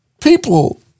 People